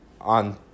on